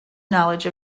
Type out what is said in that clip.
knowledge